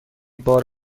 بار